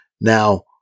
Now